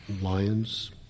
lions